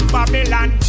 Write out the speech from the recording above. Babylon